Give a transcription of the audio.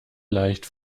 leicht